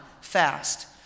fast